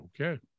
Okay